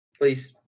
please